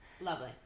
Lovely